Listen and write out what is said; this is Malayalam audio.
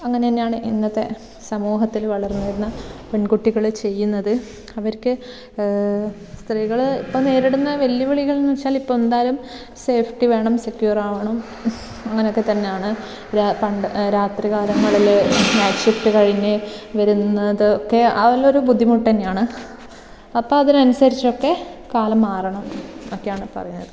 അങ്ങനെ തന്നെയാണ് ഇന്നത്തെ സമൂഹത്തിൽ വളർന്ന് വരുന്ന പെൺകുട്ടികൾ ചെയ്യുന്നത് അവർക്ക് സ്ത്രീകൾ ഇപ്പം നേരിടുന്ന വെല്ലുവിളികളെന്ന് വെച്ചാൽ ഇപ്പം എന്തായാലും സേഫ്റ്റി വേണം സെക്യൂറാവണം അങ്ങനെയൊക്കെ തന്നെയാണ് രാ പണ്ട് രാത്രി കാലങ്ങളിൽ ഷിഫ്റ്റ് കഴിഞ്ഞ് വരുന്നതൊക്കെ അതെല്ലാം ഒരു ബുദ്ധിമുട്ടു തന്നെയാണ് അപ്പം അതിനനുസരിച്ചൊക്കെ കാലം മാറണം എന്നൊക്കെയാണ് പറയുന്നത്